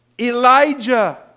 Elijah